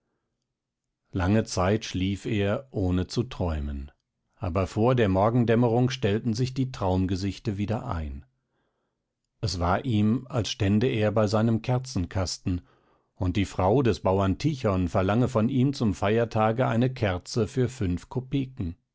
lange zeit schlief er ohne zu träumen aber vor der morgendämmerung stellten sich die traumgesichte wieder ein es war ihm als stände er bei seinem kerzenkasten und die frau des bauern tichon verlange von ihm zum feiertage eine kerze für fünf